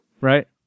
Right